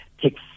take